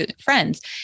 friends